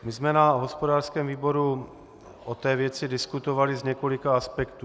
My jsme na hospodářském výboru o té věci diskutovali z několika aspektů.